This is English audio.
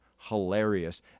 hilarious